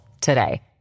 today